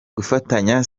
gufatanya